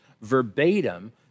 verbatim